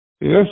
yes